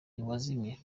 nanjye